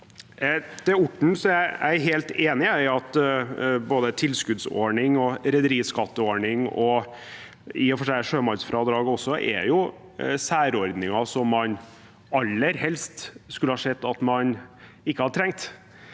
Jeg er helt enig i at både tilskuddsordning, rederiskatteordning og i og for seg også sjømannsfradraget er særordninger man aller helst skulle sett at man ikke trengte,